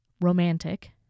romantic